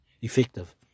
effective